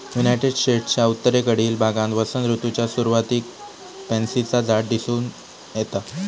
United स्टेट्सच्या उत्तरेकडील भागात वसंत ऋतूच्या सुरुवातीक पॅन्सीचा झाड दिसून येता